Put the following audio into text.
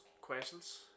questions